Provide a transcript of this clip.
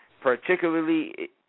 particularly